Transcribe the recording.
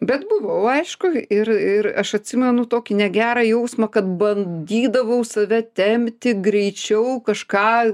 bet buvau aišku ir ir aš atsimenu tokį negerą jausmą kad bandydavau save tempti greičiau kažką